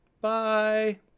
Bye